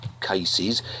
cases